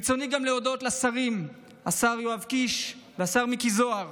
ברצוני גם להודות לשר יואב קיש ולשר מיקי זוהר,